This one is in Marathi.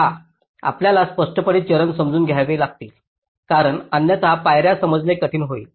पहा आपल्याला स्पष्टपणे चरण समजून घ्यावे लागतील कारण अन्यथा पायऱ्या समजणे कठीण होईल